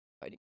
fighting